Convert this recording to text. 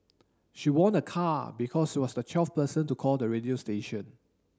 she won a car because she was the twelfth person to call the radio station